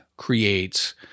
Creates